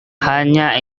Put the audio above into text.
hanya